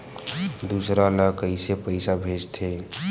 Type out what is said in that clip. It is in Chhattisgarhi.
दूसरा ला कइसे पईसा भेजथे?